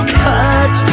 cut